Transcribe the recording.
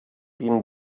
been